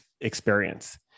experience